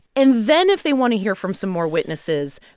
and then if they want to hear from some more witnesses,